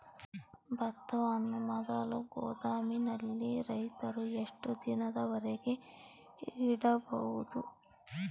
ಭತ್ತವನ್ನು ಮೊದಲು ಗೋದಾಮಿನಲ್ಲಿ ರೈತರು ಎಷ್ಟು ದಿನದವರೆಗೆ ಇಡಬಹುದು?